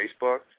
Facebook